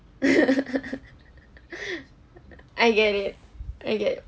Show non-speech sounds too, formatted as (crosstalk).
(laughs) (breath) I get it I get